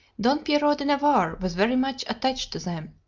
don-pierrot-de-navarre was very much attached to them.